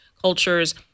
cultures